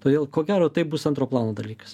todėl ko gero tai bus antro plano dalykas